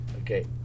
Okay